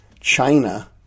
China